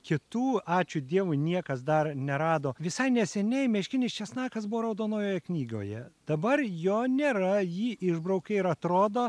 kitų ačiū dievui niekas dar nerado visai neseniai meškinis česnakas buvo raudonojoje knygoje dabar jo nėra jį išbraukė ir atrodo